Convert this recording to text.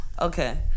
Okay